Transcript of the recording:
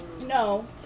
No